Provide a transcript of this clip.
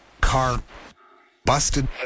car-busted